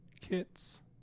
kits